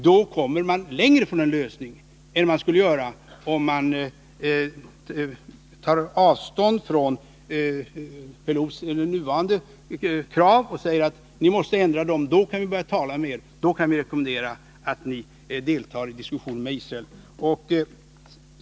Då kommer vi längre från en lösning än vi skulle göra om vi tar avstånd från PLO:s nuvarande krav och säger: Ni måste ändra kraven — då kan vi börja tala med er, då kan vi rekommendra att ni deltar i diskussioner med Israel.